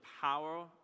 power